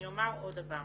אני אומר עוד דבר